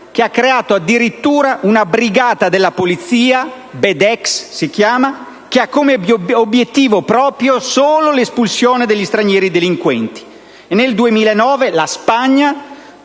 che ha creato, addirittura, una brigata della Polizia (Bedex) che ha come obiettivo esclusivo l'espulsione degli stranieri delinquenti. Nel 2009, la Spagna